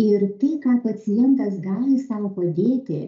ir tai ką pacientas gali sau padėti